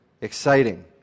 exciting